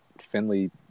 Finley